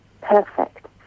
perfect